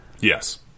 yes